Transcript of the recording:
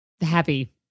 happy